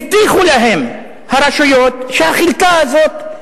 הבטיחו להם הרשויות שהחלקה הזאת,